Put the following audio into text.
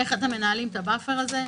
איך אתם מנהלים את ה-buffer הזה?